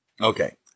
Okay